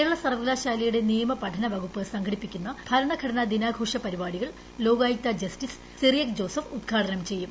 കേരള സർവ്വകലാശാലയുടെ നിയമ പഠനവകുപ്പ് സംഘടിപ്പിക്കുന്ന ഭരണഘടനാ ദിനാഘോഷ പരിപാടികൾ ലോകായുക്ത ജസ്റ്റിസ് സിറിയക് ജോസഫ് ഉദ്ഘാടനം ചെയ്യും